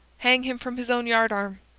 hang him from his own yardarm.